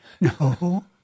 No